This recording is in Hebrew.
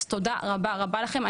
תודה רבה לכם.